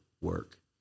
work